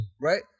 right